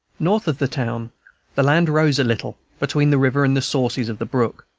north of the town the land rose a little, between the river and the sources of the brook,